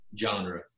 genre